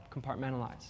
compartmentalize